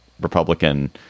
Republican